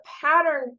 pattern